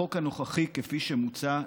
בחוק הנוכחי כפי שהוא מוצע,